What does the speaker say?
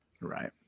Right